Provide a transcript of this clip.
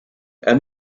and